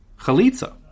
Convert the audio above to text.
chalitza